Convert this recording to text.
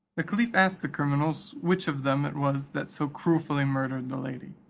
the caliph asked the criminals which of them it was that so cruelly murdered the lady,